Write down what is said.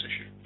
issue